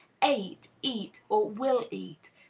ate, eat, or will eat,